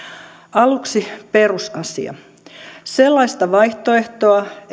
aluksi perusasia sellaista vaihtoehtoa